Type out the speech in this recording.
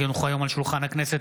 כי הונחו היום על שולחן הכנסת,